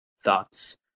thoughts